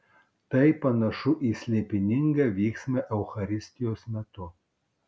tai panašu į slėpiningą vyksmą eucharistijos metu